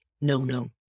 no-no